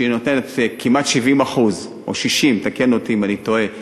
שנותנת כמעט 70% או 60% תקן אותי אם אני טועה באחוזים,